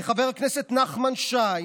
חבר הכנסת נחמן שי,